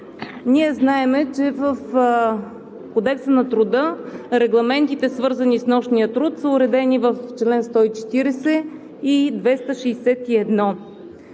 Ние знаем, че в Кодекса на труда регламентите, свързани с нощния труд, са уредени в чл. 140 и чл.